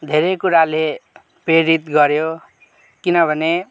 धेरै कुराले प्रेरित गऱ्यो किनभने